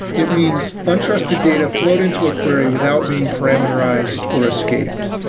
it means untrusted data flowed into a query without being parameterized or escaped.